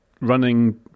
running